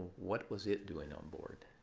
what was it doing on board?